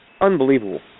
unbelievable